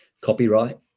copyright